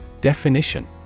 Definition